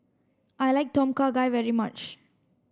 I like Tom Kha Gai very much